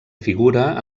figura